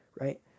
right